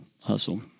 Hustle